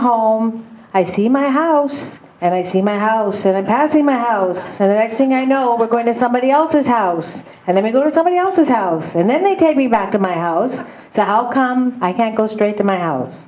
home i see my house and i see my house and i pass in my house and the next thing i know we're going to somebody else's house and then we go to somebody else's house and then they take me back to my house so how come i can't go straight to my house